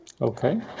Okay